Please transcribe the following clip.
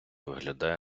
виглядає